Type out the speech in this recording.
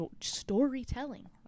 storytelling